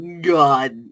God